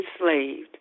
enslaved